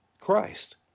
Christ